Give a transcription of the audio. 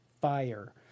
fire